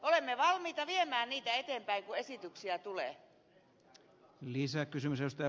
olemme valmiita viemään niitä eteenpäin kun esityksiä tulee